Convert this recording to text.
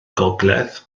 gogledd